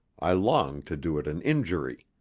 i longed to do it an injury.